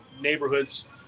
neighborhoods